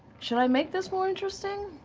should i make this more interesting?